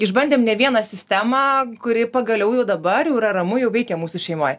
išbandėm ne vieną sistemą kuri pagaliau jau dabar jau yra ramu jau veikia mūsų šeimoj